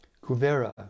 Kuvera